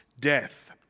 death